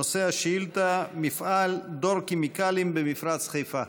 נושא השאילתה: מפעל דור כימיקלים במפרץ חיפה.